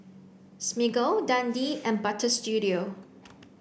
Smiggle Dundee and Butter Studio